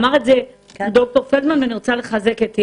אמר את זה דוקטור פלדמן ואני רוצה לחזק את ידיו.